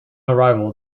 arrival